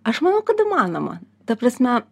aš manau kad įmanoma ta prasme